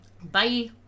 Bye